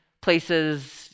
places